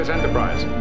Enterprise